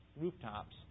rooftops